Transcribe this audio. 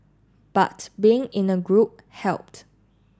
but being in a group helped